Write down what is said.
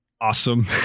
awesome